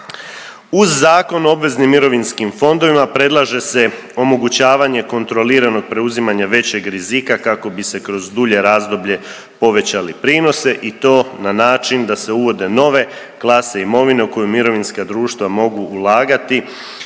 Uz Zakon o obveznim mirovinskim fondovima predlaže se omogućavanje kontroliranog preuzimanja većeg rizika kako bi se kroz dulje razdoblje povećali prinose i to na način da se uvode nove klase imovine u koju mirovinska društva mogu ulagati